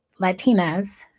Latinas